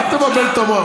אל תבלבל את המוח.